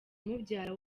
umubyara